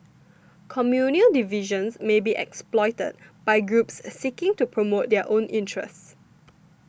communal divisions may be exploited by groups seeking to promote their own interests